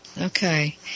okay